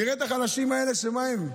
נראה את החלשים האלה, שמה הם?